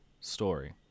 story